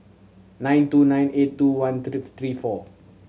nine two nine eight two one three four